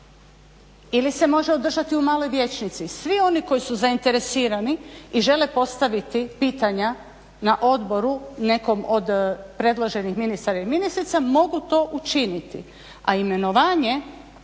Ili se može održati u Maloj vijećnici. Svi oni koji su zainteresirani i žele postaviti pitanja na odboru nekom od predloženih ministara ili ministrica mogu to učiniti,